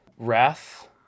Wrath